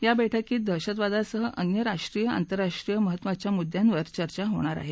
या बैठकीत दहशतवादासह अन्य राष्ट्रीय आंतरराष्ट्रीय महत्त्वाच्या मुद्यांसह चर्चा होणार आहे